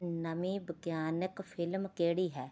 ਨਵੀਂ ਵਿਗਿਆਨਿਕ ਫਿਲਮ ਕਿਹੜੀ ਹੈ